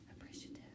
appreciative